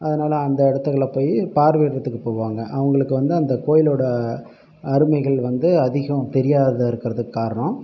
அதனால் அந்த இடத்துகள்ல போய் பார்வை இடுவதுக்கு போவாங்க அவர்களுக்கு வந்து அந்த கோயிலோட அருமைகள் வந்து அதிகம் தெரியாத இருக்கிறதுக்கு காரணம்